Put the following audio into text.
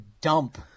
dump